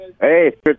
Hey